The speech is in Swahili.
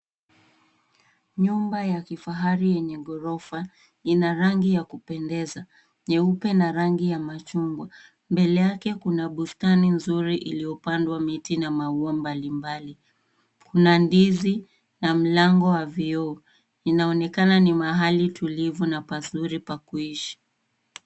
Nyumba ya kifahari yenye ghorofa ina rangi ya kupendeza nyeupe na rangi ya machungwa. Mbele yake kuna bustani nzuri iliyopandwa miti na maua mbali mbali. Kuna ndizi na mlango wa vioo. Inaonekana ni mahali tulivu na pazuri pa kuishi.